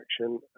action